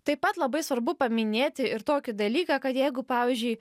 taip pat labai svarbu paminėti ir tokį dalyką kad jeigu pavyzdžiui